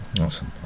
Awesome